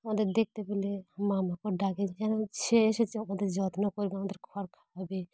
আমাদের দেখতে পেলে মা মা ডাকে সে এসেছে ওাদের যত্ন করবে আমাদের খড় খাওয়াবে